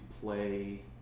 play